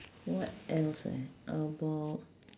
what else eh about